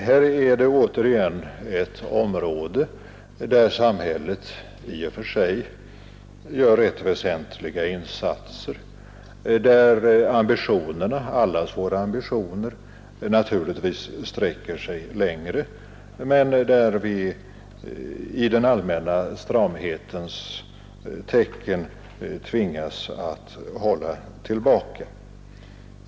Här är det återigen ett område där samhället i och för sig gör rätt väsentliga insatser, där allas våra ambitioner naturligtvis sträcker sig längre men där vi i den allmänna stramhetens tecken tvingas att hålla tillbaka.